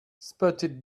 spotted